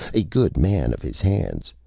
a good man of his hands.